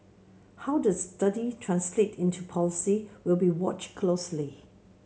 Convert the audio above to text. how the study translates into policy will be watched closely